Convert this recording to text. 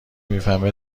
میفهمه